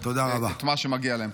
את מה שמגיע להם.